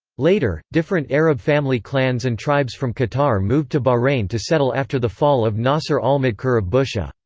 later, different arab family clans and tribes from qatar moved to bahrain to settle after the fall of nasr al-madhkur of bushehr.